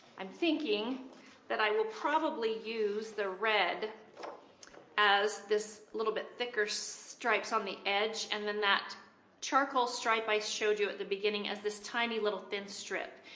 i'm thinking that i will probably use the red as this little bit thicker stripes on the edge, and then that charcoal stripe i showed you at the beginning as this tiny little thin strip,